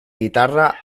guitarra